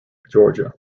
georgia